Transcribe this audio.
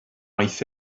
oedd